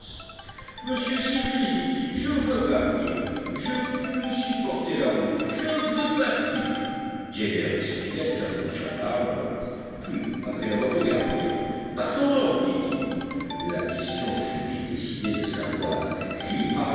monsieur cyrus dit-il je veux partir je puis supporter la route je veux partir gédéon spilett s'approcha d'harbert puis après l'avoir regardé partons donc dit-il la question fut vite décidée de savoir si